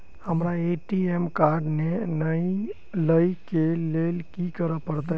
हमरा ATM card नै अई लई केँ लेल की करऽ पड़त?